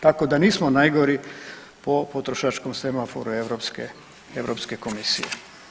Tako da nismo najgori po potrošačkom semaforu Europske komisije.